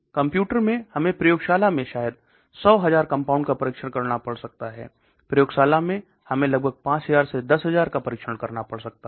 computer में हमें प्रयोगशाला में शायद 100 हजार कंपाउंड का परीक्षण करना पड़ सकता है प्रयोगशाला में हमें लगभग 5000 से 10000 पर परीक्षण करना पड़ सकता है